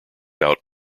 out